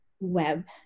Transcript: web